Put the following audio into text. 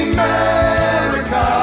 America